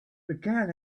began